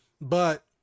But-